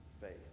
faith